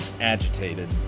agitated